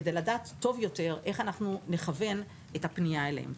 כדי לדעת טוב יותר איך נכוון את הפנייה אליהם.